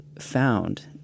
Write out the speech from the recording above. found